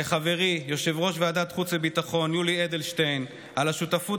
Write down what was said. לחברי יושב-ראש ועדת חוץ וביטחון יולי אדלשטיין על השותפות